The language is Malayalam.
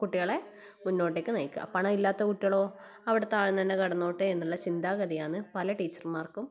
കുട്ടികളെ മുന്നോട്ടേക്ക് നയിക്കുക പണം ഇല്ലാത്ത കുട്ടികളോ അവിടെ താഴ്ന്ന് തന്നെ കിടന്നോട്ടെ എന്നുള്ള ചിന്താഗതിയാന്ന് പല ടീച്ചർമാർക്കും